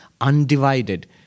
undivided